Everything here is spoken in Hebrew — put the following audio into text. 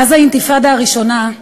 מאז האינתיפאדה הראשונה,